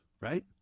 right